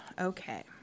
okay